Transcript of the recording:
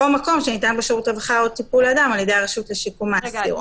או מקום שניתן בו שירות רווחה או טיפול לאדם על ידי הרשות לשיקום האסיר.